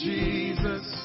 Jesus